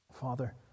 Father